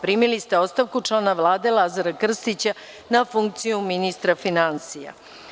Primili ste ostavku člana Vlade Lazara Krstića na funkciju ministra finansija.